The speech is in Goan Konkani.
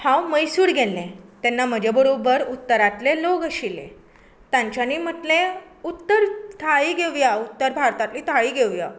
हांव म्हैसूर गेल्लें तेन्ना म्हजे बरोबर उत्तरांतले लोक आशिल्ले तांच्यांनी म्हटलें उत्तर थाळी घेवया उत्तर भारतांतली थाळी घेवया